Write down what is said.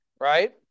right